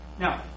Now